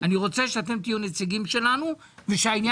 אני רוצה שאתם תהיו נציגים שלנו ושהעניין